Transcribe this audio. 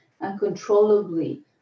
uncontrollably